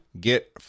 get